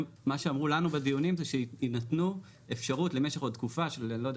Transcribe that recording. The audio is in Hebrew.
מה שאמרו לנו בדיונים זה שתינתן אפשרות למשך עוד תקופה של אני לא יודע,